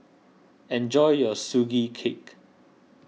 enjoy your Sugee Cake